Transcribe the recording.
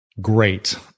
great